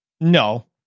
No